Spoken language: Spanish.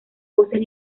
voces